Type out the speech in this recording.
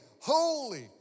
holy